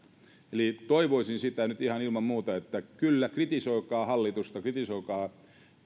eli toivoisin nyt ihan ilman muuta kyllä kritisoikaa hallitusta kritisoikaa